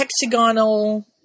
hexagonal